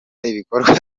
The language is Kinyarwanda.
ibikorwa